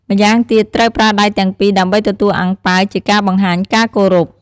ម៉្យាងទៀតត្រូវប្រើដៃទាំងពីរដើម្បីទទួលអាំងប៉ាវ ជាការបង្ហាញការគោរព។